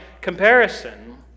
comparison